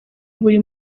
buri